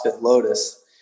Lotus